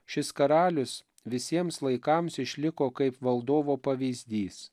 šis karalius visiems laikams išliko kaip valdovo pavyzdys